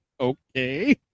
Okay